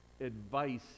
advice